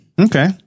Okay